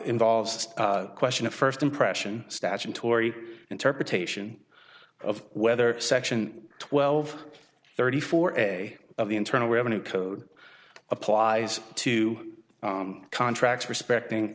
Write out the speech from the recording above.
involves a question of first impression statutory interpretation of whether section twelve thirty four ebay of the internal revenue code applies to contracts respecting